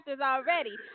already